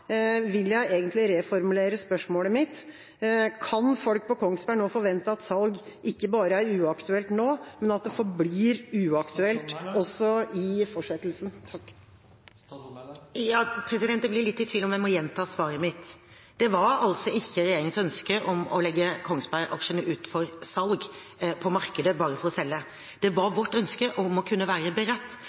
vil jeg egentlig reformulere spørsmålet mitt: Kan folk på Kongsberg nå forvente at salg ikke bare er uaktuelt nå, men at det forblir uaktuelt også i fortsettelsen? Jeg blir litt i tvil om jeg må gjenta svaret mitt. Det var altså ikke regjeringens ønske å legge Kongsberg-aksjene ut for salg på markedet bare for å selge. Det var vårt ønske å kunne være beredt